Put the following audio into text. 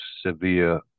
severe